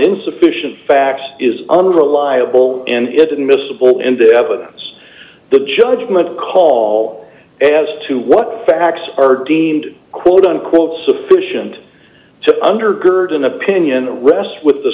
insufficient facts is unreliable and it didn't miss the boat and the evidence the judgment call as to what facts are deemed quote unquote sufficient to undergird an opinion rests with the